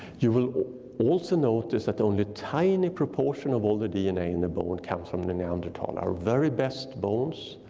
you will also notice that only a tiny proportion of all the dna in the bone come from the neanderthal. our very best bones,